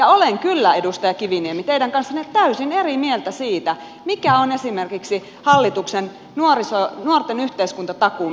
olen kyllä edustaja kiviniemi teidän kanssanne täysin eri mieltä siitä mikä on esimerkiksi hallituksen nuorten yhteiskuntatakuun merkitys